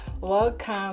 Welcome